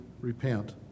repent